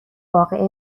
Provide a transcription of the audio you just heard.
واقعه